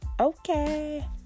okay